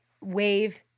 wave